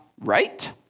right